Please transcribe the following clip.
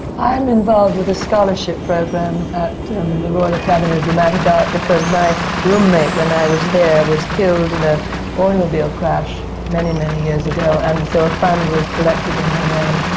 i'm involved with a scholarship program at the royal academy of dramatic art, because my roommate when i was there was killed in an ah automobile crash, many, many years ago. and so, a fund was collected in her name.